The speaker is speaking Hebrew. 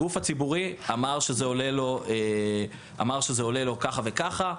הגוף הציבורי אמר שזה עולה לו ככה וככה,